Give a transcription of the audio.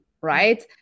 right